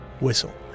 whistle